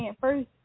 first